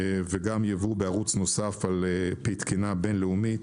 וגם ייבוא בערוץ נוסף על פי תקינה בינלאומית